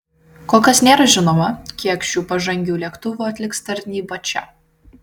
kol kas nėra žinoma kiek šių pažangių lėktuvų atliks tarnybą čia